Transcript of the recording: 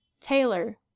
Taylor